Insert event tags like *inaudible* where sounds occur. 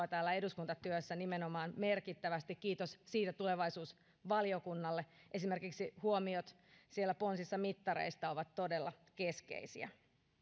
*unintelligible* täällä eduskuntatyössä merkittävästi kiitos siitä tulevaisuusvaliokunnalle esimerkiksi siellä ponsissa huomiot mittareista ovat todella keskeisiä